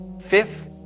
Fifth